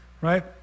Right